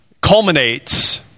culminates